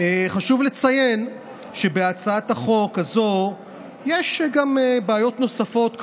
חשוב לציין שבהצעת החוק הזאת יש גם בעיות נוספות,